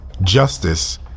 justice